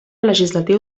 legislatiu